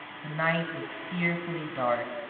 the night was fearfully dark,